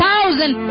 thousand